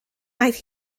aeth